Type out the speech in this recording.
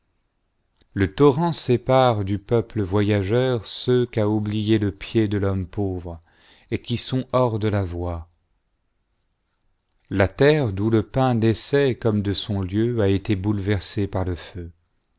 le torrent sépare du peuple voyageur ceux qu'a oubliés le pied de l'homme pauvre et qui sont hors de la voie la terre d'où le pain naissait comme de son lieu a été bouleversée par le feu